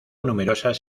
numerosas